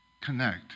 connect